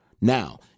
now